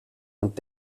und